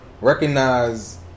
recognize